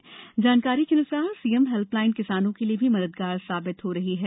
आधिकारिक जानकारी के अनुसार सीएम हेल्पलाइन किसानों के लिये भी मददगार साबित हो रही है